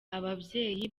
ababyeyi